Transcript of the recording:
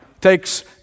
takes